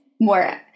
more